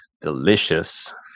Delicious